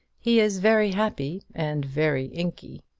he is very happy and very inky